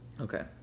okay